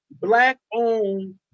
black-owned